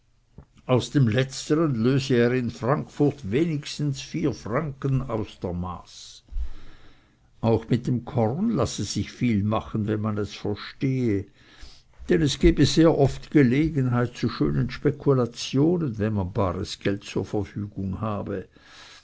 aus dem letztern löse er in frankfurt wenigstens vier pfund aus der maß auch mit dem korn lasse sich viel machen wenn man es verstehe dann gehe es sehr oft gelegenheit zu schönen spekulationen wenn man bares geld zur verfügung habe